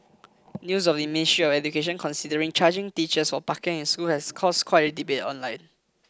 news of the Ministry of Education considering charging teachers for parking in schools has caused quite a debate online